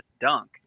dunk